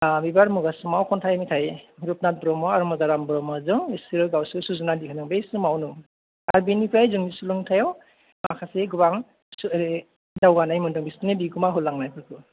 बिबार मुगा समाव खन्थायनिफ्राय रुपनाथ ब्रह्म आरो मदाराम ब्रह्म बिसोरो सुजुनांदों आरो बै समाव आर बेनिफ्राय जों माखासे गोबां दावगानाय मोनदों बिसिनि लिरना गालांनायफोरखौ